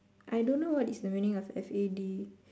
I don't know what is the meaning of F A D